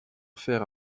fer